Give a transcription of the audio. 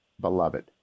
Beloved